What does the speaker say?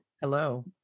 hello